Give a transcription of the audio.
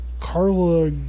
Carla